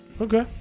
okay